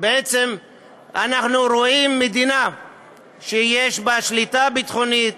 בעצם אנחנו רואים מדינה שיש בה שליטה ביטחונית,